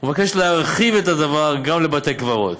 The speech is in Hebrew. ומבקשת להרחיב את הדבר גם לבתי-קברות.